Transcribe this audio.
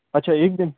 اچھا ایک دن